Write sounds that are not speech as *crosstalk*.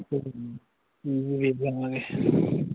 *unintelligible*